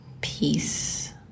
Peace